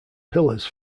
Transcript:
pillars